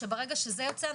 ברגע שזה יוצא,